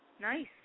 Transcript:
Nice